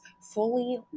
fully